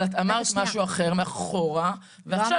אבל את אמרת משהו אחר מאחורה -- רגע שנייה.